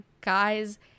guys